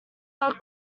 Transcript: are